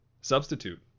substitute